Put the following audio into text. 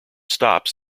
stops